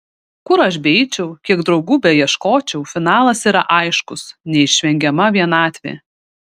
kur aš beeičiau kiek draugų beieškočiau finalas yra aiškus neišvengiama vienatvė